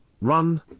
run